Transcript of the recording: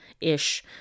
ish